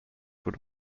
would